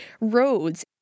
roads